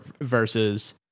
versus